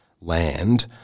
land